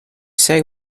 say